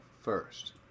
first